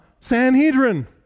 sanhedrin